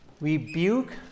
Rebuke